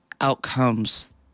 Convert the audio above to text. outcomes